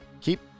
Keep